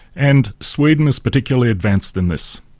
and sweden is particularly advanced in this.